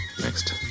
next